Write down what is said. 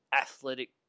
athletic